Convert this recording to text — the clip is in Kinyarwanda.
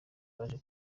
baje